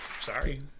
Sorry